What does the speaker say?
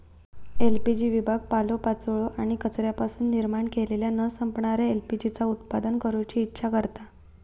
LPG विभाग पालोपाचोळो आणि कचऱ्यापासून निर्माण केलेल्या न संपणाऱ्या एल.पी.जी चा उत्पादन करूची इच्छा करता